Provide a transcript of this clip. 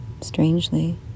strangely